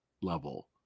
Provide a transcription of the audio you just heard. level